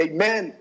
Amen